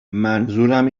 منظورم